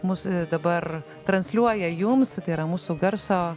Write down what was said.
mus dabar transliuoja jums tai yra mūsų garso